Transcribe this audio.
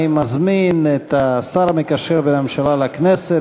אני מזמין את השר המקשר בין הממשלה לכנסת